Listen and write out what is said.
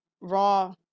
Raw